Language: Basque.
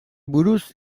buruz